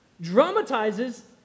dramatizes